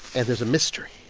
and there's a mystery.